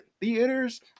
theaters